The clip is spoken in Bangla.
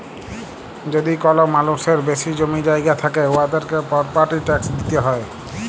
যদি কল মালুসের বেশি জমি জায়গা থ্যাকে উয়াদেরকে পরপার্টি ট্যাকস দিতে হ্যয়